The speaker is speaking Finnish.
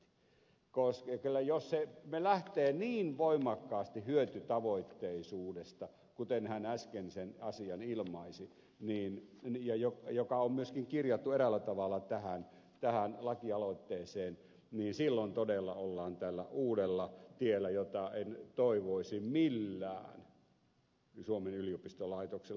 koska jos se laki lähtee niin voimakkaasti hyötytavoitteisuudesta kuten hän äsken sen asian ilmaisi ja kuten on myöskin kirjattu eräällä tavalla tähän lakialoitteeseen niin silloin todella ollaan tällä uudella tiellä mitä en toivoisi millään suomen yliopistolaitokselle